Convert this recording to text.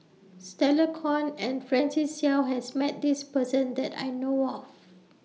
Stella Kon and Francis Seow has Met This Person that I know of